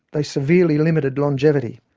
they severely limited longevity.